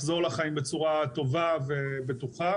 לחזור לחיים בצורה טובה ובטוחה,